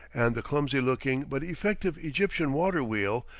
and the clumsy-looking but effective egyptian water-wheel,